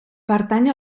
pertany